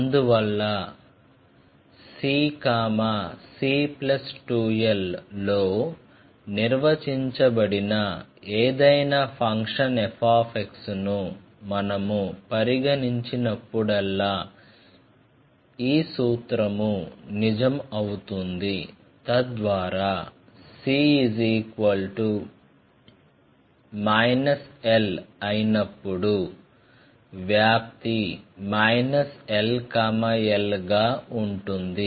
అందువల్ల c c 2l లో నిర్వచించబడిన ఏదైనా ఫంక్షన్ fను మనము పరిగణించినప్పుడల్లా ఈ సూత్రము నిజం అవుతుంది తద్వారా c l అయినప్పుడు వ్యాప్తి l l గా ఉంటుంది